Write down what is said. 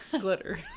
glitter